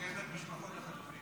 שתוקף את משפחות החטופים.